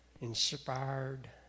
inspired